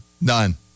None